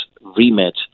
remit